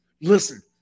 listen